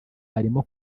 barimo